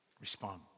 respond